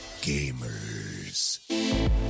gamers